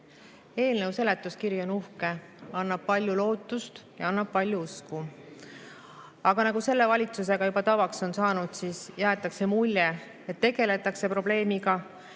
Eelnõu seletuskiri on uhke, annab palju lootust ja annab palju usku. Aga nagu selle valitsusega juba tavaks on saanud, jäetakse mulje, et tegeletakse probleemiga,